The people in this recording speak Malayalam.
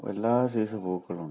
എല്ലാ സൈസ് പൂക്കളും ഉണ്ട്